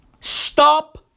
Stop